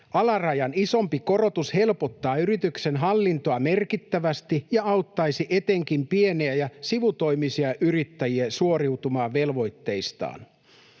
Alarajan isompi korotus helpottaa yrityksen hallintoa merkittävästi ja auttaisi etenkin pieniä ja sivutoimisia yrittäjiä suoriutumaan velvoitteistaan.